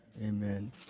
Amen